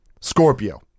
Scorpio